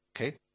Okay